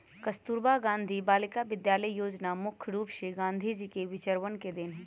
कस्तूरबा गांधी बालिका विद्यालय योजना मुख्य रूप से गांधी जी के विचरवन के देन हई